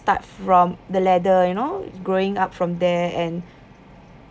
start from the ladder you know growing up from there and